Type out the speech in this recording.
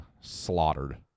slaughtered